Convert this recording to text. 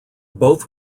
both